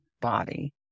body